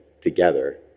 together